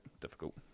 difficult